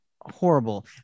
horrible